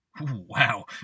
Wow